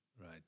Right